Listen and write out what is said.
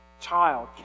child